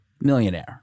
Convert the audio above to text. millionaire